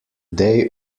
day